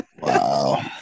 Wow